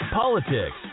politics